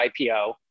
IPO